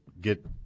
get